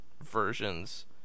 versions